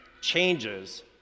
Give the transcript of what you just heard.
changes